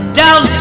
down